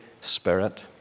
Spirit